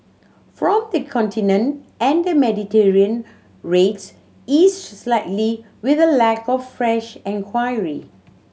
from the Continent and the Mediterranean rates eased slightly with a lack of fresh enquiry